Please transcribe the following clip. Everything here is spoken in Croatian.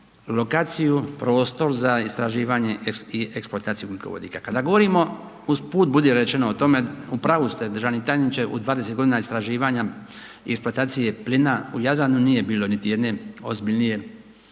lokaciju, prostor za istraživanje i eksploataciju ugljikovodika. Kada govorimo uz put budi rečeno o tome u pravu ste državni tajniče u 20 godina istraživanja eksploatacije plina u Jadranu nije bilo niti jedne ozbiljnije